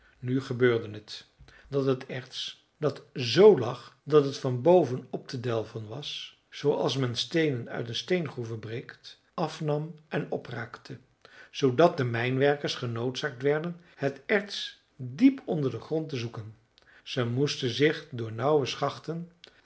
nu gebeurde het dat het erts dat z lag dat het van boven op te delven was zooals men steenen uit een steengroeve breekt afnam en opraakte zoodat de mijnwerkers genoodzaakt werden het erts diep onder den grond te zoeken zij moesten zich door nauwe schachten